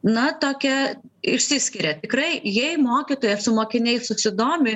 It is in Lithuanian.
na tokia išsiskiria tikrai jei mokytoja su mokiniais susidomi